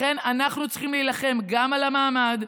לכן אנחנו צריכים להילחם גם על המעמד,